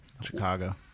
Chicago